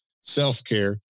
self-care